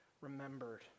remembered